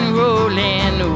rolling